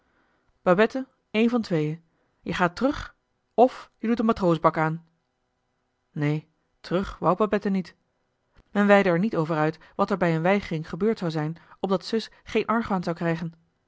babette één van tweeën je gaat terug of je doet een matrozenpak aan neen terug wou babette niet men weidde er niet over uit wat er bij een weigering gebeurd zou zijn opdat zus geen argwaan zou krijgen